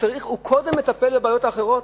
הוא קודם מטפל בבעיות האחרות?